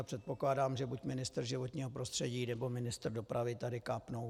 Předpokládám, že buď ministr životního prostředí, nebo ministr dopravy tady kápnou božskou.